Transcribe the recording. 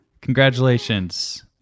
Congratulations